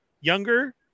younger